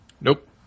Nope